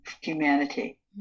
humanity